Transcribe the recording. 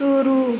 शुरू